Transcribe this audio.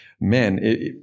man